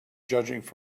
judging